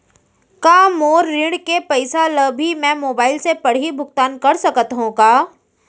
का मोर ऋण के पइसा ल भी मैं मोबाइल से पड़ही भुगतान कर सकत हो का?